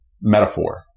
metaphor